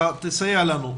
תסייע לנו,